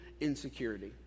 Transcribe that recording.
insecurity